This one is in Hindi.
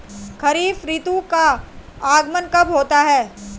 खरीफ ऋतु का आगमन कब होता है?